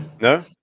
No